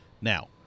Now